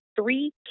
three